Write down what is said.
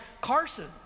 Carson